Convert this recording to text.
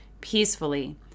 peacefully